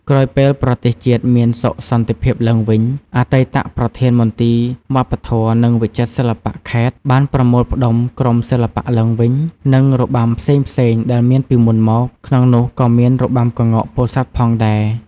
ក្រោយពេលប្រទេសជាតិមានសុខសន្តិភាពឡើងវិញ អតីតប្រធានមន្ទីរវប្បធម៌ និងវិចិត្រសិល្បៈខេត្ដ បានប្រមូលផ្ដុំក្រុមសិល្បៈឡើងវិញ និងរបាំផ្សេងៗដែលមានពីមុនមក ក្នុងនោះក៏មានរបាំក្ងោកពោធិ៍សាត់ផងដែរ ។